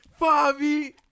Fabi